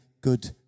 good